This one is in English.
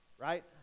right